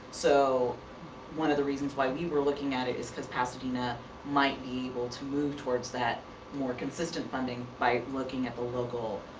so one of the reasons why we were looking at it is because pasadena might be able to move towards that more consistent funding by looking at. it's